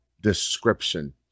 description